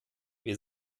wir